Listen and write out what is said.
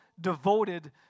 devoted